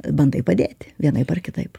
bandai padėti vienaip ar kitaip